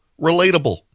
Relatable